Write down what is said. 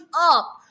up